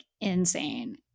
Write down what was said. insane